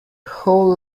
whole